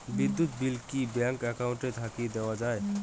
বিদ্যুৎ বিল কি bank account থাকি দেওয়া য়ায়?